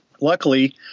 luckily